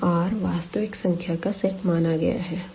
यहां R वास्तविक संख्या का सेट माना गया है